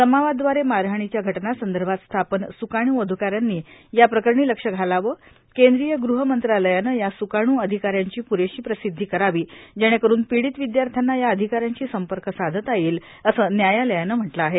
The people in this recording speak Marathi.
जमावादवारे मारहाणीच्या घटनांसंदर्भात स्थापन स्काणू अधिकाऱ्यांनी या प्रकरणी लक्ष घालावं केंद्रीय गृह मंत्रालयानं या स्काण् अधिकाऱ्यांची परेशी प्रसिद्धी करावीजेणेकरून पीडित विदयार्थ्यांना या अधिकाऱ्यांशी संपर्क साधता येईल असं न्यायालयानं म्हटलं आहे